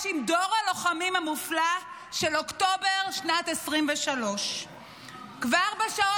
עם דור הלוחמים המופלא של אוקטובר שנת 2023. כבר בשעות